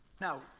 Now